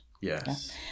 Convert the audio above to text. Yes